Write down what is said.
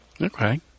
okay